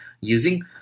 using